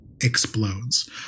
explodes